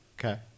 Okay